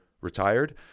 retired